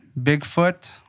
Bigfoot